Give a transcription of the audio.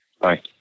Bye